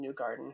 Newgarden